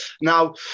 Now